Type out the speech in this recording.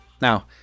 Now